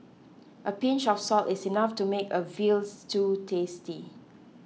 a pinch of salt is enough to make a Veal Stew tasty